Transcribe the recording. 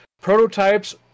prototypes